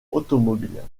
automobile